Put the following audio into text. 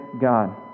God